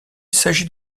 s’agit